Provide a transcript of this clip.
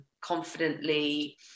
confidently